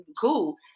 cool